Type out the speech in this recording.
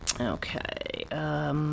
Okay